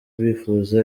bifuza